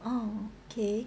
oh okay